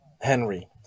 Henry